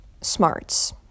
smarts